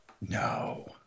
No